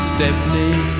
Stepney